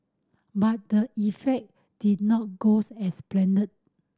but the effect did not goes as planned